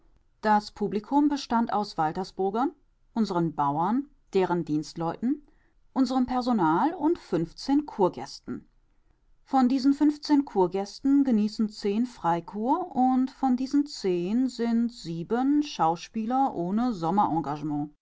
das publikum bestand aus waltersburgern unseren bauern deren dienstleuten unserem personal und fünfzehn kurgästen von diesen fünfzehn kurgästen genießen zehn freikur und von diesen zehn sind sieben schauspieler ohne